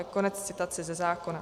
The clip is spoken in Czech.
Konec citace ze zákona.